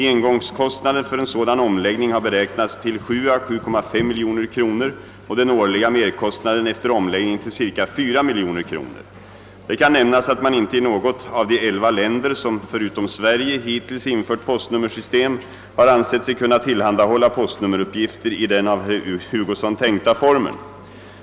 Engångskostnaden för en sådan omläggning har beräknats till 7 å 7,5 miljoner kronor och den årliga merkostnaden efter omläggningen till cirka 4 miljoner kronor. Det kan nämnas, att man inte i något av de elva länder, som förutom Sverige hittills infört postnummersystem, har ansett sig kunna tillhandahålla postnummeruppgifter i den av herr Hugosson tänkta formen.